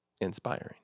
inspiring